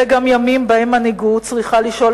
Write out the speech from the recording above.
אלה גם ימים שבהם מנהיגות צריכה לשאול